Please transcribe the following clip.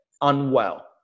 unwell